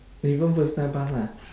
when you go first time pass lah